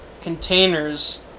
containers